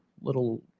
little